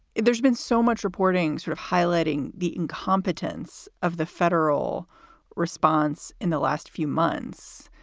there's been so much reporting, sort of highlighting the incompetence of the federal response in the last few months.